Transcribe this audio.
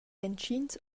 entgins